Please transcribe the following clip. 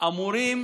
אמורים